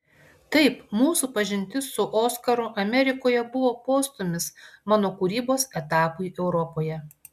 taip mūsų pažintis su oskaru amerikoje buvo postūmis mano kūrybos etapui europoje